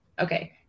Okay